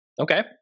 Okay